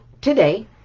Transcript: today